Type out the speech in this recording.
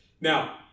Now